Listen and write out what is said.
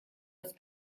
als